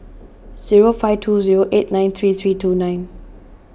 zero five two zero eight nine three three two nine